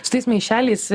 su tais maišeliais